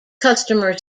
customer